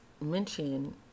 mention